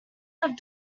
had